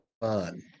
fun